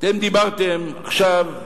אתם דיברתם עכשיו,